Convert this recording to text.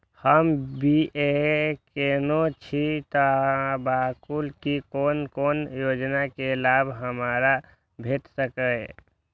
हम बी.ए केनै छी बताबु की कोन कोन योजना के लाभ हमरा भेट सकै ये?